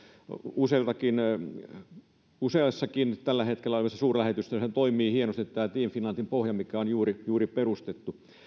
useassakin suurlähetystössä tällä hetkellä toimii hienosti tämä team finlandin pohja mikä on juuri juuri perustettu